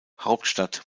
hauptstadt